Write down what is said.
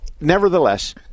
Nevertheless